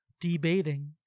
debating